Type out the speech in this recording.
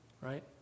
Right